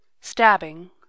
stabbing